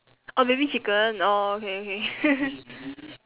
orh baby chicken orh okay okay